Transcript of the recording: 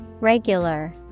Regular